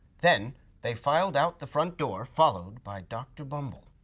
then they filed out the front door, followed by dr. bumble.